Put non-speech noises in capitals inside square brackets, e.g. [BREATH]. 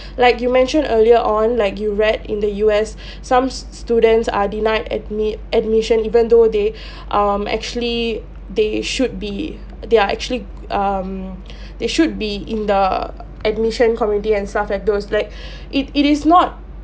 like you mentioned earlier on like you read in the U_S [BREATH] some st~ students are denied admi~ admission even though they [BREATH] um actually they should be they are actually g~ um [BREATH] they should be in the admission committee and stuff like those like [BREATH] it it is not